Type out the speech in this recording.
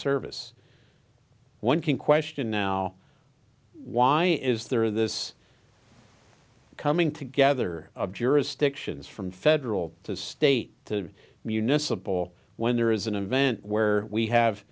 service one can question now why is there this coming together of jurisdictions from federal to state to municipal when there is an event where we have